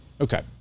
okay